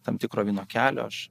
tam tikro vieno kelio aš